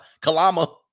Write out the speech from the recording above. Kalama